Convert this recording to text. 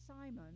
Simon